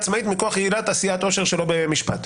עצמאית מכוח עילת עשיית עושר ולא במשפט.